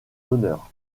honneur